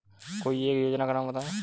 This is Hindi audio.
कोई एक योजना का नाम बताएँ?